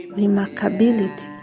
remarkability